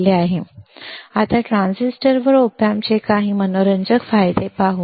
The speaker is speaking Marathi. आता ट्रान्झिस्टरवर op amp चे काही मनोरंजक फायदे पाहू